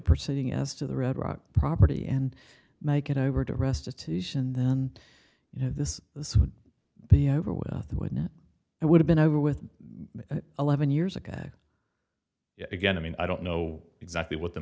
proceeding as to the red rock property and make it over to restitution then you know this this would be over with and would have been over with eleven years ago again i mean i don't know exactly what the